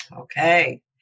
Okay